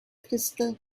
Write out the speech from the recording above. crystal